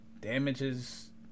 damages